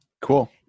Cool